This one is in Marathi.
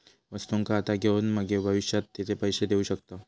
वस्तुंका आता घेऊन मगे भविष्यात तेचे पैशे देऊ शकताव